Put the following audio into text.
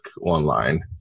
online